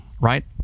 right